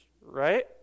right